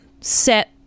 set